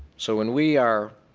so when we are